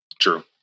true